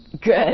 Good